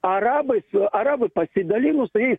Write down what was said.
arabai su arabai pasidalino su jais